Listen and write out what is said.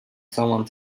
someone